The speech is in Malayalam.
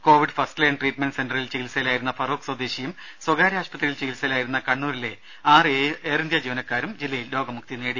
കോവിഡ് ഫസ്റ്റ്ലൈൻ ട്രീറ്റ്മെന്റ് സെന്ററിൽ ചികിത്സയിലായിരുന്ന ഫറോക്ക് സ്വദേശിയും സ്വകാര്യ ആശുപത്രിയിൽ ചികിത്സയിലായിരുന്ന കണ്ണൂരിലെ ആറ് എയർഇന്ത്യാ ജീവനക്കാരും രോഗമുക്തി നേടി